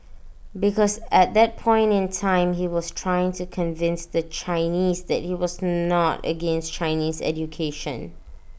because at that point in time he was trying to convince the Chinese that he was not against Chinese education